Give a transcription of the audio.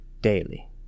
Daily